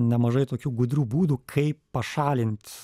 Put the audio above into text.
nemažai tokių gudrių būdų kaip pašalint